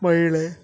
ಮಹಿಳೆ